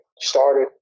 started